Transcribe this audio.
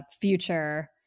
Future